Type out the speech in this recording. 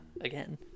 again